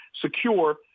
secure